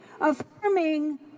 affirming